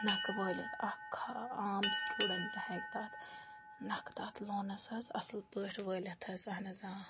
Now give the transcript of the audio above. نَکھٕ وٲلِتھ اَکھ عام سٕٹوٗڈَنٛٹ ہٮ۪کہِ تَتھ نَکھٕ تَتھ لونَس حظ اَصٕل پٲٹھۍ وٲلِتھ حظ اہن حظ آ